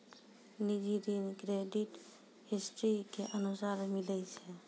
निजी ऋण credit history के अनुसार मिलै छै